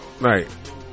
Right